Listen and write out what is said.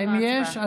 האם יש?